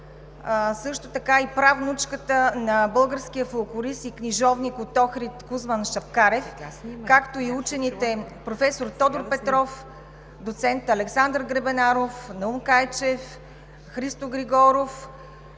същото така и правнучката на българския фолклорист и книжовник от Охрид Кузман Шапкарев, както и учените – професор Тодор Петров, доцент Александър Гребенаров, Наум Кайчев, Христо Григоров,